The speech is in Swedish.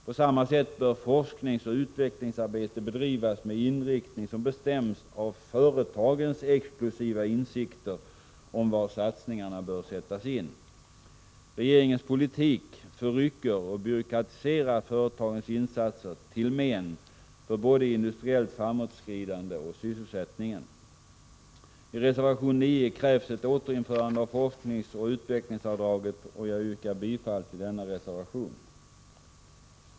På samma sätt bör forskningsoch utvecklingsarbete bedrivas med inriktning som bestäms av företagens exklusiva insikter om var satsningarna bör sättas in. Regeringens politik förrycker och byråkratiserar företagens insatser till men för både det industriella framåtskridandet och sysselsättningen. I reservation 9 krävs ett återinförande av forskningsoch utvecklingsavdraget, och jag yrkar bifall till denna reservation.